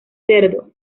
cerdo